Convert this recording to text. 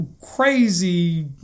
crazy